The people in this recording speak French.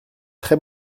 très